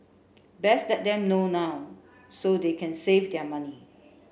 best let them know now so they can save their money